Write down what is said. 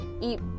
eat